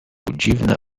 dziwne